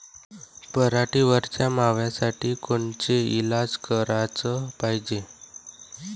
पराटीवरच्या माव्यासाठी कोनचे इलाज कराच पायजे?